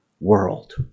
world